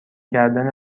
کردن